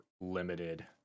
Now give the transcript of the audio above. limited